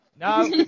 No